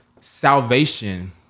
salvation